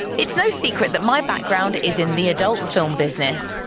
it's no secret that my background is in the adult and film business.